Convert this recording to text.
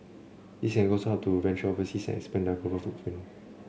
this can also help them venture overseas and expand their global footprint